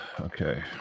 Okay